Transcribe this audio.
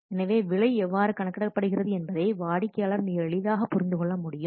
எனவே விலை எவ்வாறு கணக்கிடப்படுகிறது என்பதை வாடிக்கையாளர் மிக எளிதாக புரிந்து கொள்ள முடியும்